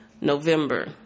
November